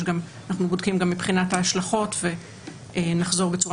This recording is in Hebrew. אנחנו גם בודקים מבחינת ההשלכות ונחזור בצורה